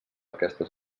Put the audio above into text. aquestes